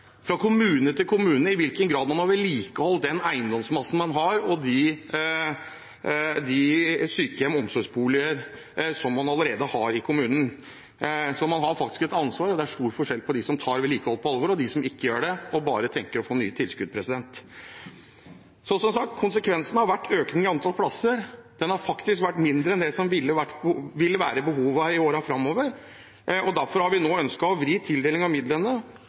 fra kommune til kommune i hvilken grad man har vedlikeholdt den eiendomsmassen, sykehjemmene og omsorgsboligene, man allerede har i kommunen. Man har faktisk et ansvar. Det er stor forskjell på dem som tar vedlikehold på alvor, og dem som ikke gjør det – de som bare tenker på å få nye tilskudd. Som sagt har konsekvensen vært en økning i antall plasser. Den har faktisk vært mindre enn det som vil være behovet i årene framover, og derfor har vi nå ønsket å vri tildeling av midlene